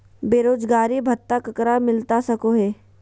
बेरोजगारी भत्ता ककरा मिलता सको है?